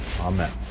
Amen